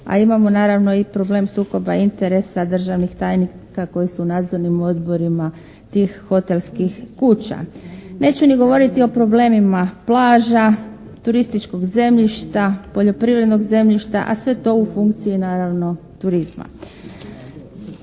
a imamo naravno i problem sukoba interesa državnih tajnika koji su u nadzornim odborima tih hotelskih kuća. Neću ni govoriti o problemima plaža, turističkog zemljišta, poljoprivrednog zemljišta, a sve to u funkciji naravno turizma.